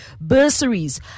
bursaries